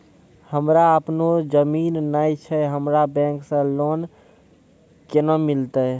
हमरा आपनौ जमीन नैय छै हमरा बैंक से लोन केना मिलतै?